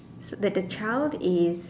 the the child is